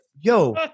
yo